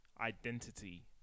identity